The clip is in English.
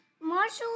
Marshall